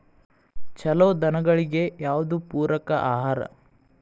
ಛಲೋ ದನಗಳಿಗೆ ಯಾವ್ದು ಪೂರಕ ಆಹಾರ?